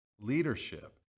leadership